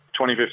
2015